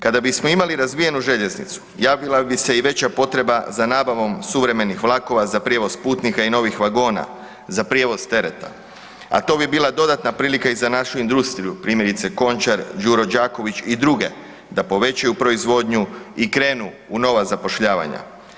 Kada bismo imali razvijenu željeznicu, javila bi se i veća potreba za nabavom suvremenih vlakova za prijevoz putnika i novih vagona, za prijevoz tereta a to bi bila dodatna prilika i za našu industriju, primjerice Končar, Đuro Đaković i druge da povećaju proizvodnju i krenu u nova zapošljavanja.